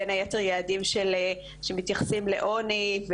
בין היתר יעדים שמתייחסים לעוני,